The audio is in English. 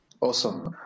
Awesome